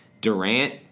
Durant